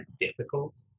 difficult